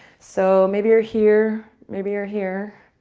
so maybe you're here, maybe you're here.